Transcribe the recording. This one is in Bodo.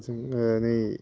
जोङो नै